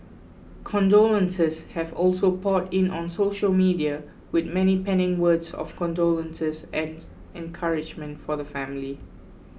condolences have also poured in on social media with many penning words of condolences and encouragement for the family